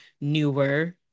newer